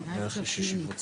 10:37.